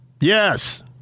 Yes